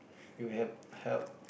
you have help